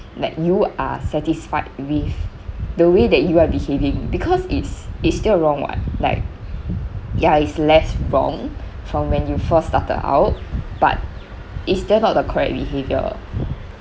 like you are satisfied with the way you are behaving because it's it's still wrong [what] like ya it's less wrong from when you first started out but it's still not the correct behaviour